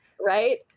Right